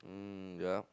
um yeah